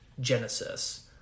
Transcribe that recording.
Genesis